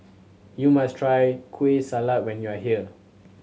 you must try Kueh Salat when you are here